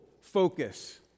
focus